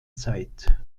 zeit